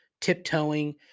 tiptoeing